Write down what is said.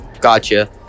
Gotcha